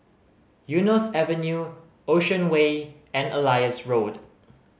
Eunos Avenue Ocean Way and Elias Road